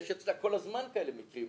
יש אצלה כל הזמן כאלה מקרים.